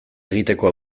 egiteko